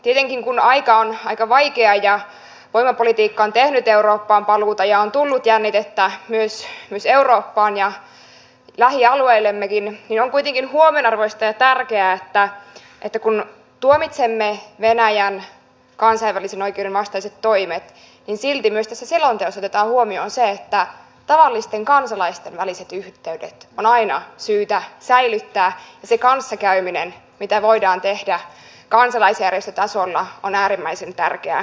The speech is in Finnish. tietenkin kun aika on aika vaikea ja voimapolitiikka on tehnyt eurooppaan paluuta ja on tullut jännitettä myös eurooppaan ja lähialueillemmekin niin on kuitenkin huomionarvoista ja tärkeää että kun tuomitsemme venäjän kansainvälisen oikeuden vastaiset toimet niin silti myös tässä selonteossa otetaan huomioon se että tavallisten kansalaisten väliset yhteydet on aina syytä säilyttää ja se kanssakäyminen mitä voidaan tehdä kansalaisjärjestötasolla on äärimmäisen tärkeää